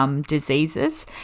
Diseases